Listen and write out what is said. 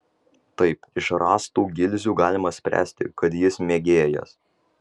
taip iš rastų gilzių galima spręsti kad jis mėgėjas